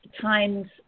times